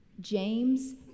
james